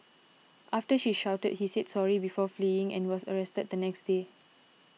after she shouted he said sorry before fleeing and was arrested the next day